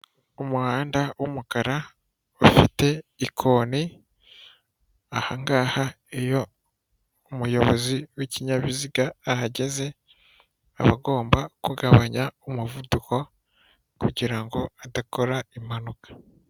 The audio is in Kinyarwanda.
Umuhanda w'umukara ufite ikoni aha ngaha iyo umuyobozi w'ikinyabiziga ahageze aba agomba kugabanya umuvuduko kugira ngo adakora impanuka.